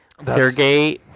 Sergey